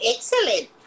Excellent